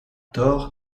thor